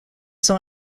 sont